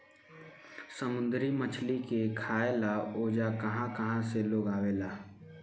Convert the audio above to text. समुंद्री मछली के खाए ला ओजा कहा कहा से लोग आवेला